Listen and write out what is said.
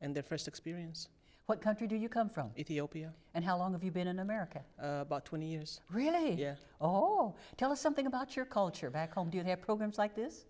and their first experience what country do you come from ethiopia and how long have you been in america about twenty years really all tell us something about your culture back home do you have programs like this